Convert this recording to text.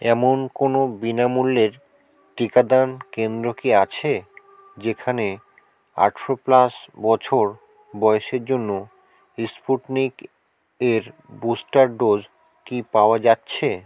এমন কোনও বিনামূল্যের টিকাদান কেন্দ্র কি আছে যেখানে আঠেরো প্লাস বছর বয়সের জন্য ইস্পুটনিক এর বুস্টার ডোজ কি পাওয়া যাচ্ছে